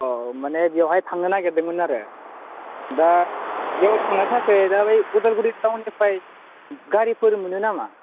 अ माने बेवहाय थांनो नागिरदोंमोन आरो दा बैयाव थांनो थाखाय दा बै अदालगुरि टाउननिफ्राय गारिफोर मोनो नामा